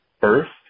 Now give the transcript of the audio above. first